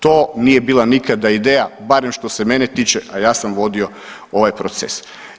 To nije bila nikada ideja barem što se mene tiče, a ja sam vodio ovaj proces.